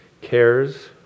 cares